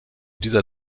dieser